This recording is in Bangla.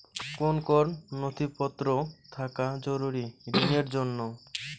কোন কোন নথিপত্র থাকা জরুরি ঋণের জন্য?